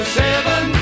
seven